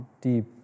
deep